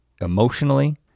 emotionally